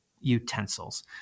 utensils